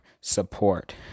support